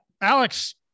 alex